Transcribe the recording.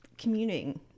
commuting